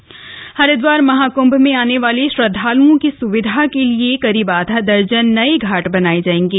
नये घाट हरिद्वार महाकृभ में आने वाले श्रद्धाल़ओं की सुविधा के लिए करीब आधा दर्जन नए घाट बनाये जाएंगे